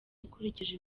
ukurikije